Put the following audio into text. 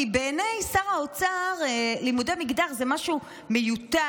כי בעיני שר האוצר לימודי מגדר זה משהו מיותר,